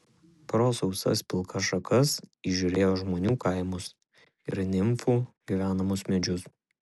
pro sausas pilkas šakas įžiūrėjo žmonių kaimus ir nimfų gyvenamus medžius